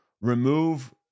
remove